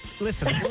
Listen